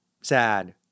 Sad